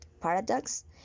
paradox